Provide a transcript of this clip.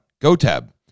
GoTab